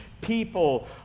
people